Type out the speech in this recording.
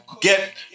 get